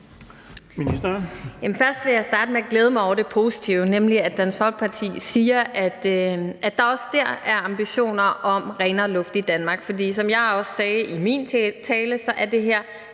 Først vil jeg starte med at glæde mig over det positive, nemlig at Dansk Folkeparti siger, at der også der er ambitioner om renere luft i Danmark. For, som jeg også sagde i min tale, er det her